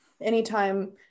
anytime